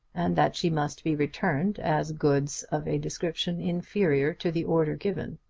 and that she must be returned as goods of a description inferior to the order given.